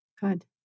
Good